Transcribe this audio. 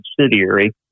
subsidiary